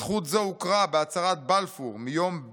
"זכות זו הוכרה בהצהרת בלפור מיום ב'